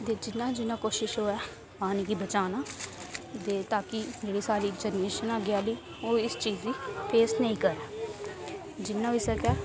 ते जि'यां जि'यां कोशश होऐ पानी गी बचाना ता की जेह्ड़ी साढ़ी जनरेशन ऐ अग्गें आह्ली ओह् इस चीज़ गी फेस नेईं करी सकै जिन्ना होई सकै